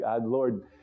Lord